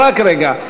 רק רגע.